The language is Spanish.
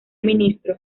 ministro